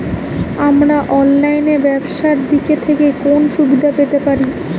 আমরা অনলাইনে ব্যবসার দিক থেকে কোন সুবিধা পেতে পারি?